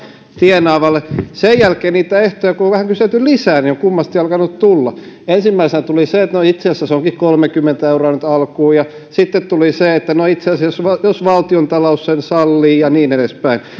tienaaville sen jälkeen kun on kyselty vähän lisää niitä ehtoja on kummasti alkanut tulla ensimmäisenä tuli se että no itse asiassa se onkin kolmekymmentä euroa nyt alkuun ja sitten tuli se että no itse asiassa jos valtiontalous sen sallii ja niin edespäin